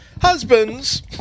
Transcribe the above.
husbands